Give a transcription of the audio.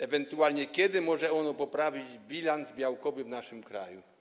Ewentualnie kiedy może ono poprawić bilans białkowy w naszym kraju?